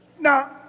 Now